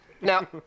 Now